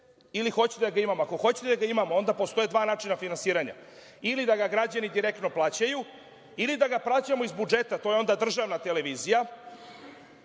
ili hoćete da ga imamo? Ako hoćete da ga imamo, onda postoje dva načina finansiranja – ili da ga građani direktno plaćaju ili da ga plaćamo iz budžeta, to je onda državna televizija,